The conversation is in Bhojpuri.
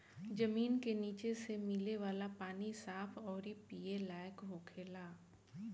जमीन के निचे से मिले वाला पानी साफ अउरी पिए लायक होखेला